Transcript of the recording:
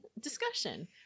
discussion